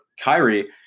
Kyrie